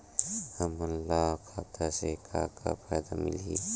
हमन ला खाता से का का फ़ायदा मिलही?